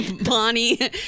Bonnie